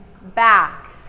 back